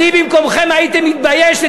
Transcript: אני במקומכם הייתי מתבייש.